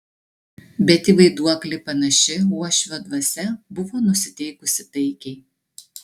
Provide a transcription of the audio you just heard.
bet į vaiduoklį panaši uošvio dvasia buvo nusiteikusi taikiai